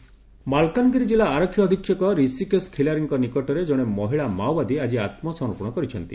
ମାଓବାଦୀ ମାଲକାନଗିରି ଜିଲ୍ଲା ଆରକ୍ଷୀ ଅଧିକ୍ଷକ ରିଷିକେଶ ଖିଲାରୀଙ୍କ ନିକଟରେ ଜଣେ ମହିଳା ମାଓବାଦୀ ଆକି ଆମ୍ସମର୍ପଣ କରିଛନ୍ତି